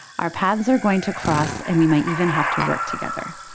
our paths are going to cross and we might even have to work together.